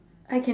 I can